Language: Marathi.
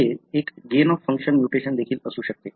हे एक गेन ऑफ फंक्शन म्युटेशन देखील असू शकते